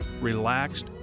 relaxed